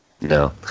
No